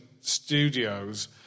Studios